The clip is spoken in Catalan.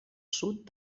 sud